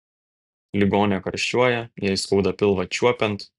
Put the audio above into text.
ligonė karščiuoja jai skauda pilvą čiuopiant